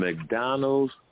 McDonald's